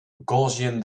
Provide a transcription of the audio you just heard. gaussian